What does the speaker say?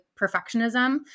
perfectionism